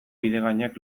bidegainek